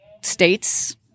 states